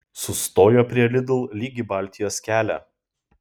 sustojo prie lidl lyg į baltijos kelią